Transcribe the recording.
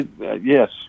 Yes